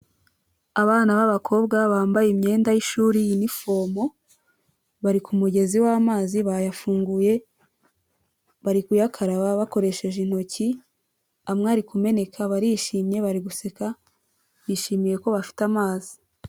Abana b'abakobwa bambaye imyenda y'ishuri inifomo, bari ku mugezi w'amazi bayafunguye bari kuyakaraba bakoresheje intoki, amwe ari kumeneka barishimye bari guseka, bishimiye ko bafite amazi.